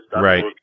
Right